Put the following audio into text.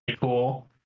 cool